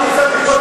אני צריך קודם